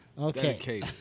Okay